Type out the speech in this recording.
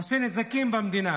עושה נזקים במדינה.